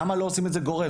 למה לא עושים את זה גורף?